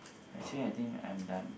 actually I think I'm done